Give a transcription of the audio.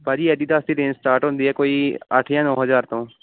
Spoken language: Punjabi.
ਭਾਅ ਜੀ ਐਡੀਡਾਸ ਦੀ ਰੇਂਜ ਸਟਾਰਟ ਹੁੰਦੀ ਆ ਕੋਈ ਅੱਠ ਜਾਂ ਨੌਂ ਹਜ਼ਾਰ ਤੋਂ